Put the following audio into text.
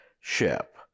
ship